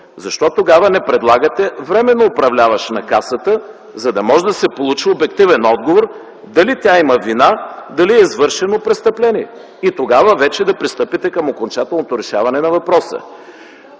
защо тогава не предлагате временно управляващ на Касата, за да може да се получи обективен отговор дали тя има вина, дали е извършено престъпление? Тогава вече да пристъпите към окончателното решаване на въпроса.